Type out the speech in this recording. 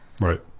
Right